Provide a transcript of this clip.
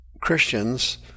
Christians